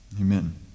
Amen